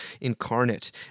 incarnate